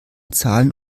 zahl